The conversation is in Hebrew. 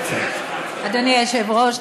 אדוני היושב-ראש,